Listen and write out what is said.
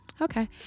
Okay